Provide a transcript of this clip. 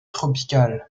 tropicale